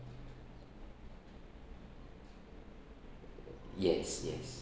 yes yes